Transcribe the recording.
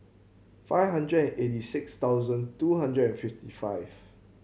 five hundred and eighty six thousand two hundred and fifty five